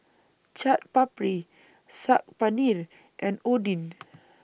Chaat Papri Saag Paneer and Oden